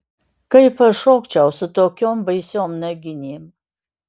kaip aš šokčiau su tokiom baisiom naginėm